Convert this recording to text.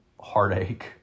heartache